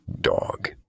dog